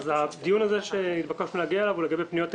הדיון שהתבקשנו להגיע אליו הוא לגבי פניות תקציביות.